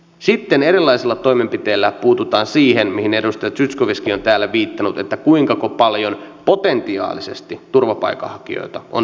sitten erilaisilla toimenpiteillä puututaan siihen mihin edustaja zyskowiczkin on täällä viitannut kuinka paljon turvapaikanhakijoita on potentiaalisesti edelleen tulossa